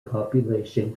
population